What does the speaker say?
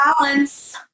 balance